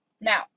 Now